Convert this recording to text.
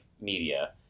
media –